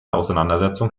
auseinandersetzung